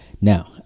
Now